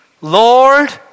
Lord